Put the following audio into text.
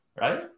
right